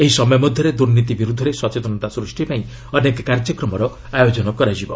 ଏହି ସମୟ ମଧ୍ୟରେ ଦୁର୍ନୀତି ବିରୁଦ୍ଧରେ ସଚେତନତା ସୃଷ୍ଟି ପାଇଁ ଅନେକ କାର୍ଯ୍ୟକ୍ରମର ଆୟୋଜନ କରାଯିବ